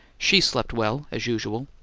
she slept well, as usual!